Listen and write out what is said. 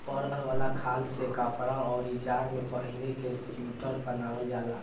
फर वाला खाल से कपड़ा, अउरी जाड़ा में पहिने के सुईटर बनावल जाला